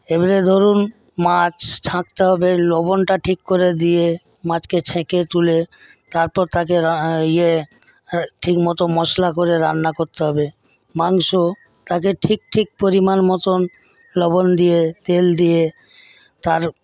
এবারে ধরুন মাছ ছাঁকতে হবে লবণটা ঠিক করে দিয়ে মাছকে ছেঁকে তুলে তারপর তাকে ইয়ে ঠিকমতো মশলা করে রান্না করতে হবে মাংস তাতে ঠিক ঠিক পরিমাণ মতন লবণ দিয়ে তেল দিয়ে তার